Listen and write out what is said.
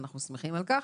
ואנחנו שמחים על כך.